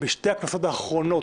בשתי הכנסות האחרונות,